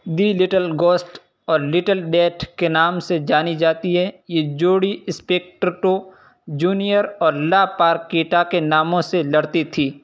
دی little ghost اور little death کے نام سے جانی جاتی ہے یہ جوڑی جونیئر اور لاپارکیٹا کے ناموں سے لڑتی تھی